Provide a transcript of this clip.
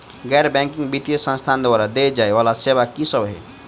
गैर बैंकिंग वित्तीय संस्थान द्वारा देय जाए वला सेवा की सब है?